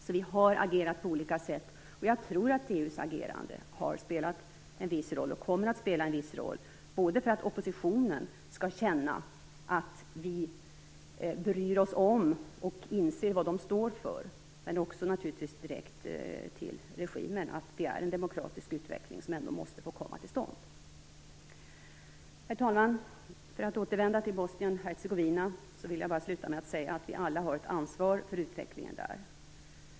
Vi har alltså agerat på olika sätt, och jag tror att EU:s agerande har spelat en viss roll, och kommer att spela en viss roll, både för att oppositionen skall känna att vi bryr oss om och inser vad den står för och naturligtvis också för att regimen skall inse att en demokratisk utveckling måste komma till stånd. Herr talman! För att återvända till Bosnien Hercegovina vill jag bara sluta med att säga att vi alla har ett ansvar för utvecklingen där.